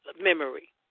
memory